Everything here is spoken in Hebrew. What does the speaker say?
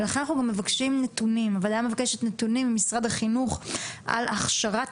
ולכן אנחנו מבקשים נתונים ממשרד החינוך על הכשרת